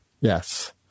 Yes